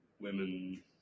women